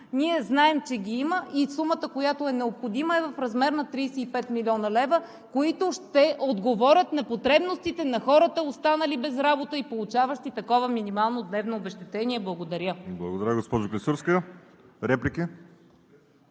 ние знаем, че ги има. Сумата, която е необходима, е в размер на 35 млн. лв., които ще отговорят на потребностите на хората, останали без работа, и получаващи такова минимално дневно обезщетение. Благодаря. ПРЕДСЕДАТЕЛ ВАЛЕРИ СИМЕОНОВ: Благодаря, госпожо Клисурска. Реплики?